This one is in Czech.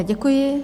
Děkuji.